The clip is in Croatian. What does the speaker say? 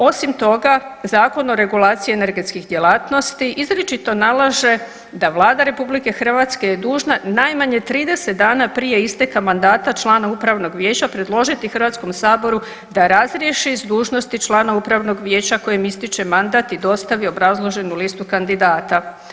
Osim toga, Zakon o regulaciji energetskih djelatnosti izričito nalaže da Vlada RH je dužna najmanje 30 dana prije isteka mandata člana upravnog vijeća predložiti HS-u da razriješi s dužnosti člana upravnog vijeća kojem ističe mandat i dostavi obrazloženu listu kandidata.